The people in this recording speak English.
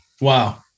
Wow